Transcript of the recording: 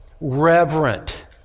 reverent